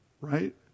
right